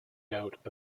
doubt